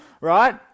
right